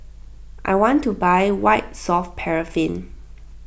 I want to buy White Soft Paraffin